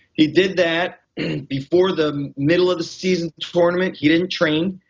he did that. and before the middle of the season tournament he didn't train,